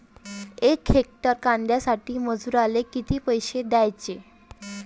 यक हेक्टर कांद्यासाठी मजूराले किती पैसे द्याचे?